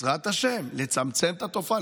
בעזרת השם, לצמצם את התופעה.